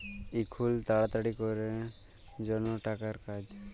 এখুল তাড়াতাড়ি ক্যরের জনহ টাকার কাজ